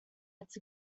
its